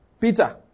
Peter